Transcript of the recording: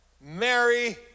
Mary